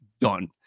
done